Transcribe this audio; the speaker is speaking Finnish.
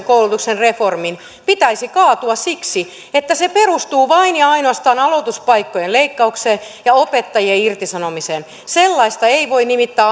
koulutuksen reformin pitäisi kaatua siksi että se perustuu vain ja ainoastaan aloituspaikkojen leikkaukseen ja opettajien irtisanomiseen sellaista ei voi nimittää